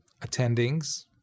attendings